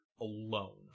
alone